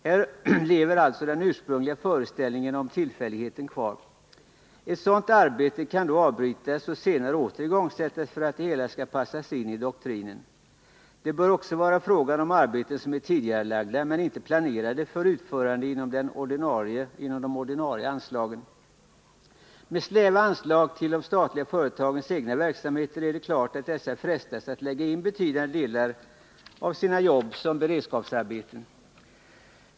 Här lever alltså den ursprungliga föreställningen om tillfälligheten kvar. Ett sådant arbete kan då avbrytas och senare åter igångsättas för att det hela skall passa in i doktrinen. Det bör också vara fråga om arbeten som är tidigarelagda, men inte planerade för utförande inom de ordinarie anslagen. De snäva anslagen till de statliga företagens egna verksamheter medför givetvis att dessa företag frestas att lägga ut betydande delar av sina jobb som beredskapsarbeten.